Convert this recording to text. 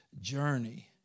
journey